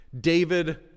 David